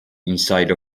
inside